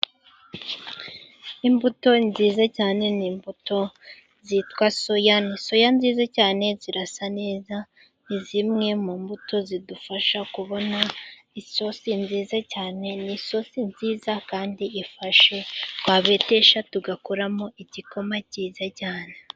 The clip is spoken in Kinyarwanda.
Imbuto nziza cyane ni imbuto zitwa soya, ni soya nziza cyane zirasa neza. Ni zimwe mu mbuto zidufasha kubona isosi nziza cyane, ni isosi nziza kandi ifashe twabetesha tugakoramo igikoma cyiza cyane.